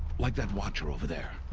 like that watcher over there.